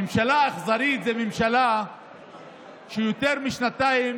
ממשלה אכזרית זו ממשלה שיותר משנתיים